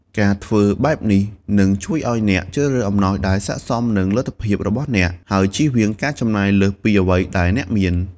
ការធ្វើបែបនេះនឹងជួយអ្នកជ្រើសរើសអំណោយដែលស័ក្តិសមនឹងលទ្ធភាពរបស់អ្នក ហើយជៀសវាងការចំណាយលើសពីអ្វីដែលអ្នកមាន។